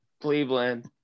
Cleveland